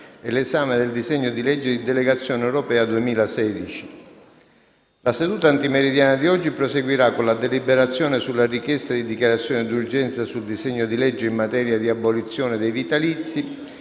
e l'esame del disegno di legge di delegazione europea 2016. La seduta antimeridiana di oggi proseguirà con la deliberazione sulla richiesta di dichiarazione d'urgenza sul disegno di legge in materia di abolizione dei vitalizi.